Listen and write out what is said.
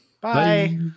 Bye